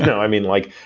i mean like,